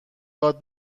یاد